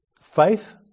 Faith